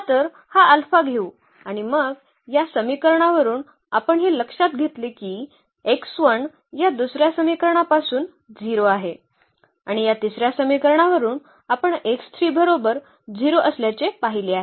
चला तर हा अल्फा घेऊ आणि मग या समीकरणावरून आपण हे लक्षात घेतले की x 1 या दुसर्या समीकरणापासून 0 आहे आणि या तिसर्या समीकरणावरून आपण x 3 बरोबर 0 असल्याचे पाहिले आहे